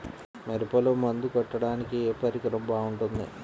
మిరపలో మందు కొట్టాడానికి ఏ పరికరం బాగుంటుంది?